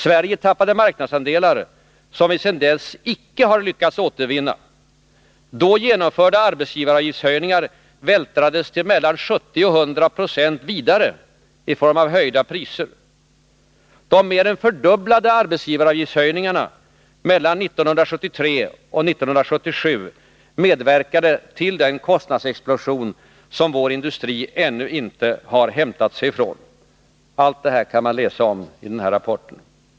Sverige tappade marknadsandelar, som vi sedan dess icke har lyckats återvinna. Då genomförda arbetsgivaravgiftshöjningar vältrades till mellan 70 och 100 26 vidare i form av höjda priser. De mer än fördubblade arbetsgivaravgiftshöjningarna mellan 1973 och 1977 medverkade till den kostnadsexplosion som vår industri ännu inte har hämtat sig från. Allt det här kan man läsa om i den rapporten.